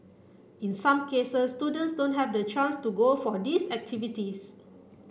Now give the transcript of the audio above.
in some cases students don't have the chance to go for these activities